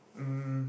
um